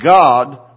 God